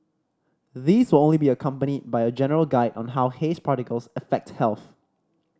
these will only be accompanied by a general guide on how haze particles affect health